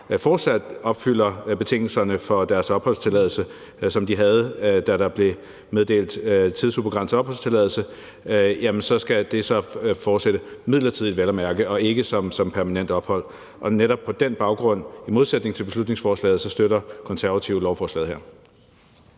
fortsat opfylder betingelserne for deres opholdstilladelse, som de havde, da der blev meddelt tidsubegrænset opholdstilladelse, skal det fortsætte – midlertidigt, vel at mærke, og ikke som permanent ophold. Og netop på den baggrund, i modsætning til beslutningsforslaget, støtter Konservative lovforslaget her.